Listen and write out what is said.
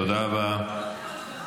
תודה רבה, תודה רבה.